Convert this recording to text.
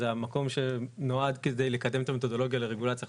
זה מקום שנועד כדי לקדם את המתודולוגיה לרגולציה חכמה.